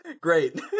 Great